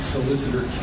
Solicitor